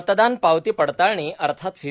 मतदान पावती पडताळणी अर्थात व्ही